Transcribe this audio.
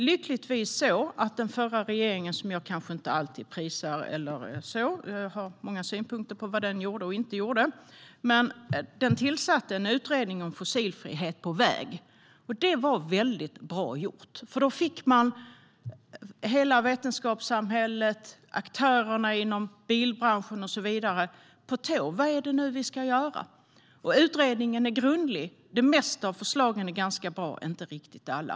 Lyckligtvis tillsatte den förra regeringen - som jag kanske inte alltid prisar, utan jag har många synpunkter på vad den gjorde och inte gjorde - en utredning om fossilfrihet på väg. Det var väldigt bra gjort. Då fick man hela vetenskapssamhället, aktörerna inom bilbranschen och så vidare på tå: Vad är det nu vi ska göra? Utredningen är grundlig. Det mesta i förslagen är ganska bra, men inte riktigt allt.